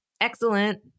Excellent